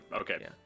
Okay